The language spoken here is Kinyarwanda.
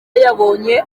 yabonye